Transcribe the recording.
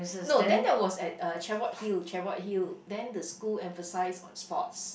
no then that was at uh Cheviot-Hill Cheviot-Hill then the school emphasize on sports